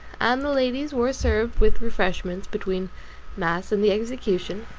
and the ladies were served with refreshments between mass and the execution.